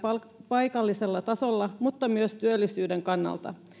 paikallisella tasolla mutta myös työllisyyden kannalta